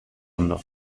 ondo